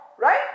Right